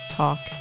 talk